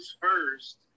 first